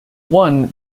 one